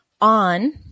on